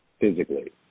physically